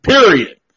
Period